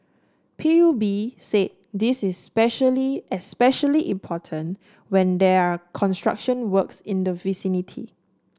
P U B say this is specially especially important when there are construction works in the vicinity